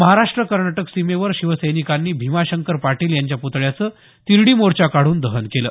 महाराष्ट्र कर्नाटक सीमेवर शिवसैनिकांनी भीमाशंकर पाटील यांच्या पुतळ्याचं तिरडी मोर्चा काढून दहन केलं